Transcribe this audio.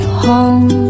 home